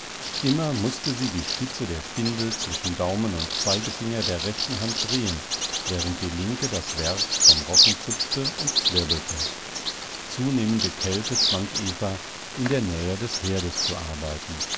immer mußte sie die spitze der spindel zwischen daumen und zeigefinger der rechten hand drehen während die linke das werg vom rocken zupfte und zwirbelte zunehmende kälte zwang eva in der nähe des herdes zu arbeiten